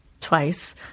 twice